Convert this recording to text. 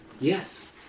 Yes